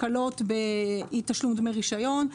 הקלות באי תשלום דמי רישיון,